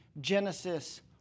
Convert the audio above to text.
Genesis